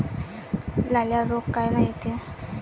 लाल्या रोग कायनं येते?